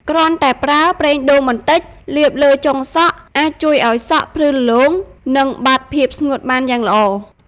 គ្រាន់តែប្រើ ប្រេងដូងបន្តិច លាបលើចុងសក់ អាចជួយឱ្យសក់ ភ្លឺរលោង និងបាត់ភាពស្ងួតបានយ៉ាងល្អ។